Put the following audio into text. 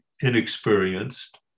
inexperienced